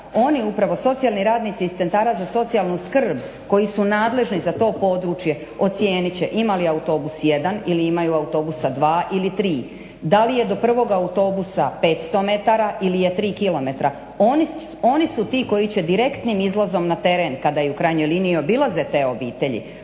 Oni upravo socijalni radnici iz centara za socijalnu skrb koji su nadležni za to područje ocijenit će ima li autobus jedan ili imaju autobusa dva ili tri, da li je do prvog autobusa 500 m ili je 3 km. Oni su ti koji će direktnim izlazom na teren kada u krajnjoj liniji i obilaze te obitelji